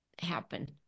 happen